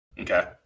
Okay